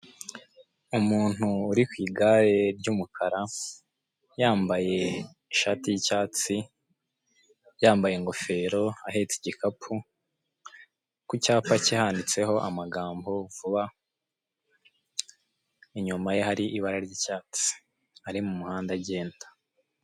Umuntu uri ku igare ry'umukara, yambaye ishati y'icyatsi, yambaye ingofero, ahetse igikapu, ku cyapa cye handitseho amagambo vuba, inyuma ye hari ibara ry'icyatsi. Ari mu muhanda, agenda.